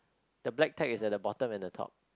the black tag is at the bottom and the top